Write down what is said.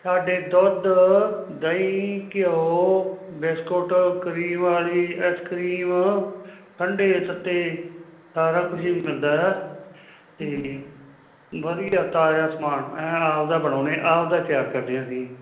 ਸਾਡੇ ਦੁੱਧ ਦਈ ਘਿਓ ਬਿਸਕੁਟ ਕਰੀਮ ਆਲੀ ਐਸਕਰੀਮ ਠੰਢੇ ਤੱਤੇ ਸਾਰਾ ਕੁਝ ਹੀ ਮਿਲਦਾ ਐ ਤੇ ਵਧੀਆ ਤਾਜਾ ਸਮਾਨ ਐਨ ਆਪਦਾ ਬਣਾਉਣੇ ਆਪਦਾ ਤਿਆਰ ਕਰਦੇ ਅਸੀਂ